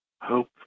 hope